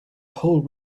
whole